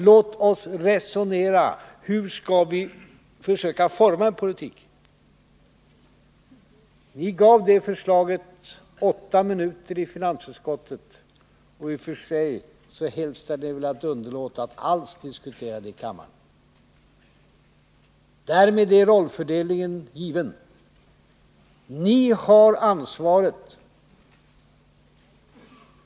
Låt oss resonera: Hur skall vi försöka forma politiken? Ni gav det förslaget åtta minuter i finansutskottet, och i och för sig skulle ni väl ha velat underlåta att alls diskutera det i kammaren. Därmed är rallfördelningen given. Ni har ansvaret.